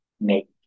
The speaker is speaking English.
make